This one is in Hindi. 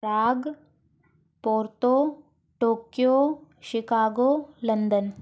राग पोरतो टोक्यो शिकागो लन्दन